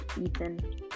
Ethan